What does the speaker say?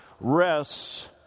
rests